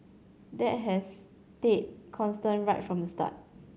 that has stayed constant right from the start